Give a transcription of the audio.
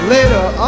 Later